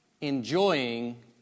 enjoying